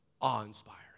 awe-inspiring